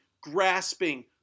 grasping